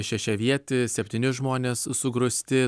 šešiavietį septyni žmonės sugrūsti